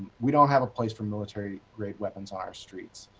we don't have a place for military grade weapons on our streets.